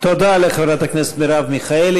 תודה לחברת הכנסת מרב מיכאלי.